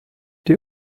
die